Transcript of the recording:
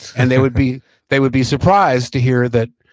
and they would be they would be surprised to hear that,